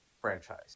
franchise